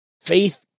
faith